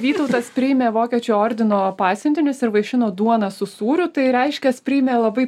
vytautas priėmė vokiečių ordino pasiuntinius ir vaišino duona su sūriu tai reiškias priėmė labai